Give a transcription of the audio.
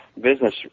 business